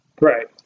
Right